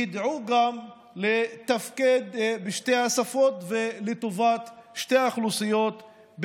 ידעו לתפקד בשתי השפות ולטובת שתי האוכלוסיות,